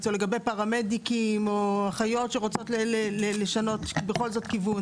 או לגבי פרמדיקים או אחיות שרוצות לשנות כיוון.